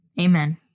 amen